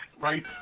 Right